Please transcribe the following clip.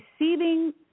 receiving